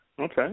Okay